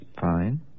Fine